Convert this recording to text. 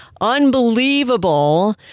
unbelievable